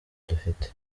dufite